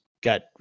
got